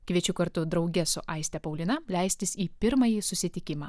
kviečiu kartu drauge su aiste paulina leistis į pirmąjį susitikimą